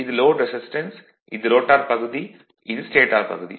இது load resistance இது rotor பகுதி இது ஸ்டேடார் பகுதி